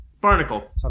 barnacle